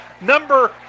number